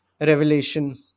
revelation